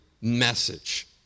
message